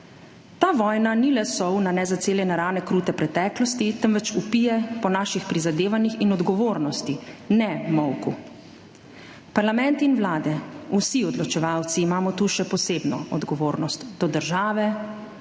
Ta vojna ni le sol na nezaceljene rane krute preteklosti, temveč vpije po naših prizadevanjih in odgovornosti, ne molku. Parlament in vlade, vsi odločevalci, imamo tu še posebno odgovornost do države,